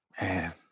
Man